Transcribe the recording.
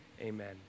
Amen